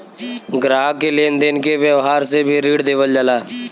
ग्राहक के लेन देन के व्यावहार से भी ऋण देवल जाला